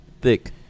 Thick